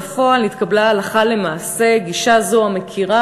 בפועל נתקבלה הלכה למעשה גישה זאת המכירה